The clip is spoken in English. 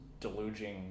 deluging